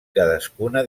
cadascuna